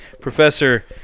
Professor